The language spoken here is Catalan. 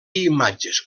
imatges